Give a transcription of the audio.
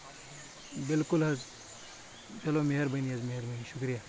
بِلکُل حظ چلو مہربٲنی حظ مہربٲنی شُکریہ